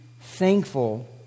thankful